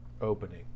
opening